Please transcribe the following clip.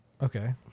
Okay